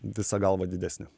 visa galva didesnį